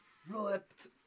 flipped